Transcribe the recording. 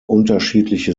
unterschiedliche